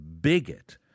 bigot